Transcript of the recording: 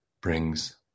brings